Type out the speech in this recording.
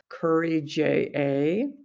CurryJA